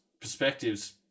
perspectives